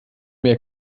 mehr